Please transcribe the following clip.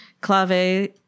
clave